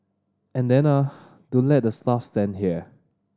and then ah don't let the staff stand here